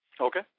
Okay